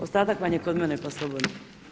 Ostatak vam je kod mene pa slobodno.